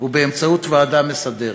ובאמצעות ועדה מסדרת.